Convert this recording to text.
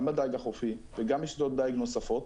גם בדייג החופי וגם בשדות דייג נוספות,